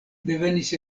devenis